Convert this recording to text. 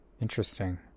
interesting